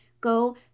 go